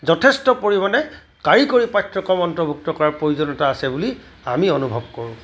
যথেষ্ট পৰিমাণে কাৰিকৰী পাঠ্যক্ৰম অন্তৰ্ভূক্ত কৰাৰ প্ৰয়োজনীয়তা আছে বুলি আমি অনুভৱ কৰোঁ